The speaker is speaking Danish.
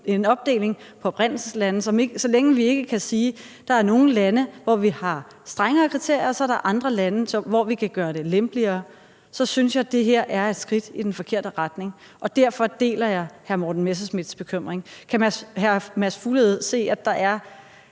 en opdeling på oprindelseslande, så længe vi ikke kan sige, at der er nogle lande, hvor vi har strengere kriterier, og at der så er andre lande, hvor vi kan gøre det lempeligere, så synes jeg, at det her er et skridt i den forkerte retning, og derfor deler jeg hr. Morten Messerschmidts bekymring. Kan hr. Mads Fuglede se, at der